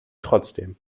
trotzdem